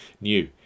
new